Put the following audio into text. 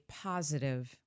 positive